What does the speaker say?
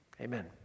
Amen